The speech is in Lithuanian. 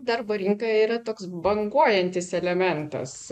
darbo rinka yra toks banguojantis elementas